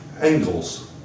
angles